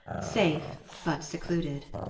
safe but secluded.